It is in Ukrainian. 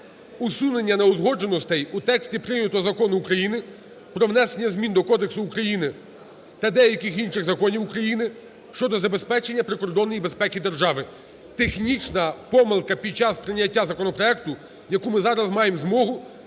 усунення неузгодженостей у тексті прийнятого Закону України про внесення змін до Кодексу України та деяких інших законів України щодо забезпечення прикордонної безпеки держави. Технічна помилка під час прийняття законопроекту, яку ми зараз маємо змогу